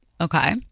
Okay